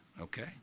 Okay